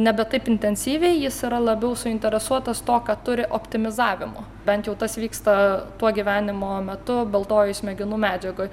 nebe taip intensyviai jis yra labiau suinteresuotas to ką turi optimizavimu bent jau tas vyksta tuo gyvenimo metu baltojoj smegenų medžiagoj